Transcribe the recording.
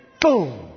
boom